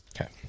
Okay